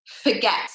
forget